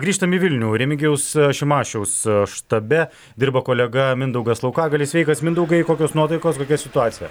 grįžtam į vilnių remigijaus šimašiaus štabe dirba kolega mindaugas laukagalis sveikas mindaugai kokios nuotaikos kokia situacija